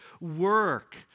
work